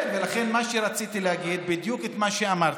כן, ולכן מה שרציתי להגיד, בדיוק מה שאמרת,